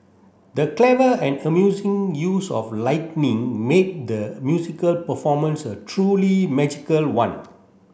the clever and amusing use of lightning made the musical performance a truly magical one